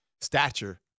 stature